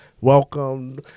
welcome